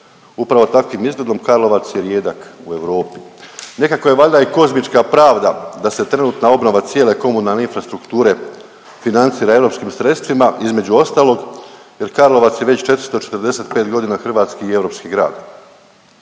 Upravo takvim izgledom Karlovac je rijedak u Europi. Nekako je valjda i kozmička pravda da se trenutna obnova cijele komunalne infrastrukture financira europskom sredstvima između ostalog jer Karlovac je već 445 godina hrvatski i europski grad.